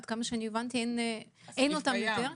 עד כמה שהבנתי אין אותם יותר.